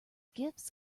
gifts